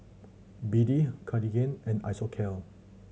B D Cartigain and Isocal